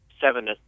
seven